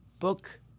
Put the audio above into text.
Book